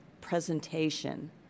presentation